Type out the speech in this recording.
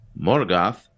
Morgoth